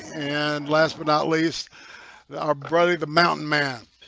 and last but not least our buddy the mountain man